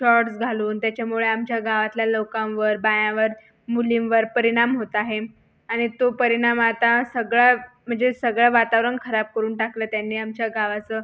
shorts घालून त्याच्यामुळे आमच्या गावातल्या लोकांवर बायांवर मुलींवर परिणाम होत आहे आणि तो परिणाम आता सगळा म्हणजे सगळं वातावरण खराब करून टाकलं त्यांनी आमच्या गावाचं